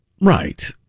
Right